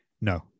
No